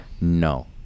no